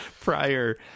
prior